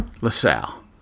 LaSalle